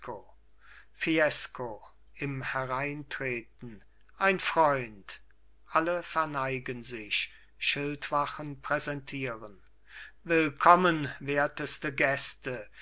im hereintreten ein freund alle verneigen sich schildwachen präsentieren willkommen werteste gäste